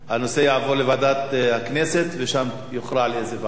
הנושא יעבור לוועדת הכנסת ושם יוכרע לאיזה ועדה.